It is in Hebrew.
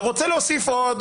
אתה רוצה להוסיף עוד